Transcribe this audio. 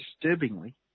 Disturbingly